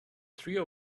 trio